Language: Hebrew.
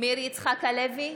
מאיר יצחק הלוי,